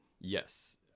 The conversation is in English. yes